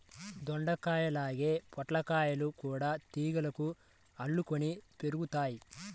దొండకాయల్లాగే పొట్లకాయలు గూడా తీగలకు అల్లుకొని పెరుగుతయ్